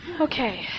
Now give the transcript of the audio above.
okay